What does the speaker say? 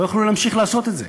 לא יוכלו להמשיך לעשות את זה.